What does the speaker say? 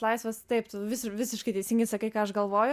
laisvės taip vis ir visiškai teisingai sakai ką aš galvoju